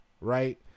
right